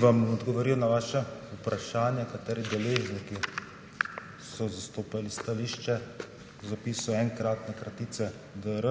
Bom odgovoril na vaše vprašanje, kateri deležniki so zastopali stališče o zapisu enkratne kratice dr.